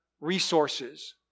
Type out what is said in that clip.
resources